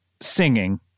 singing